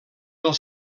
del